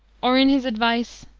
or in his advice,